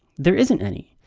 there isn't any.